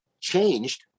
changed